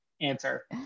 answer